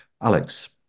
alex